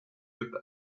utah